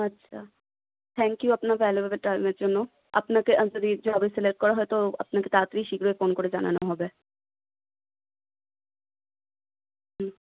আচ্ছা thank you আপনার valuable টাইমের জন্য আপনাকে সিলেক্ট করা হয় তো আপনাকে তাড়াতাড়ি শীঘ্রই ফোন করে জানানো হবে হুম